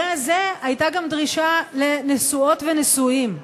הזה הייתה גם דרישה לנשואות ונשואים.